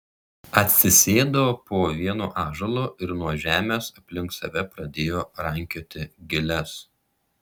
atsisėdo po vienu ąžuolu ir nuo žemės aplink save pradėjo rankioti giles